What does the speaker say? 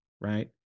right